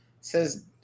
says